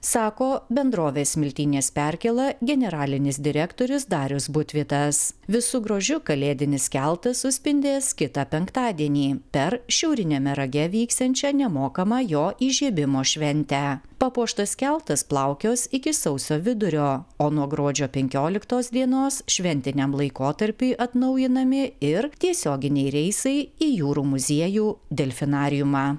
sako bendrovės smiltynės perkėla generalinis direktorius darius butvydas visu grožiu kalėdinis keltas suspindės kitą penktadienį per šiauriniame rage vyksiančią nemokamą jo įžiebimo šventę papuoštas keltas plaukios iki sausio vidurio o nuo gruodžio penkioliktos dienos šventiniam laikotarpiui atnaujinami ir tiesioginiai reisai į jūrų muziejų delfinariumą